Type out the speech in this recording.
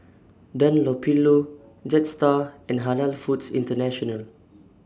Dunlopillo Jetstar and Halal Foods International